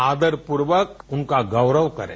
आदरपूर्वक उनका गौरव करें